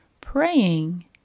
Praying